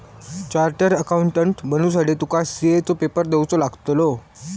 chartered accountant बनुसाठी तुका CA चो पेपर देवचो लागतलो